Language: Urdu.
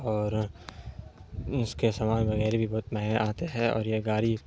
اور اس کے سامان وغیرہ بھی بہت مہنگا آتے ہیں اور یہ گاڑی